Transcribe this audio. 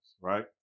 right